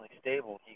stable